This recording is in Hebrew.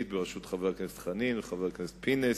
בראשות חבר הכנסת חנין וחבר הכנסת פינס-פז,